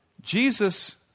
Jesus